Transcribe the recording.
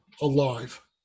alive